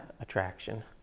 attraction